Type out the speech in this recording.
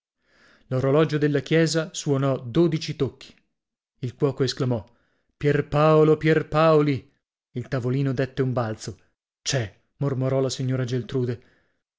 l'orologio della chiesa suonò dodici tocchi il cuoco esclamò pierpaolo pierpaoli il tavolino dette un balzo c'è mormorò la signora geltrude